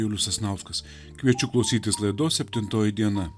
julius sasnauskas kviečiu klausytis laidos septintoji diena